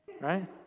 right